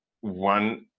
one